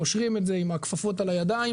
קושרים את זה עם הכפפות על הידיים,